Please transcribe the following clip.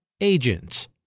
Agents